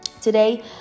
today